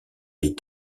des